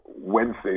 Wednesday